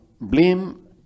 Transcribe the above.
Blame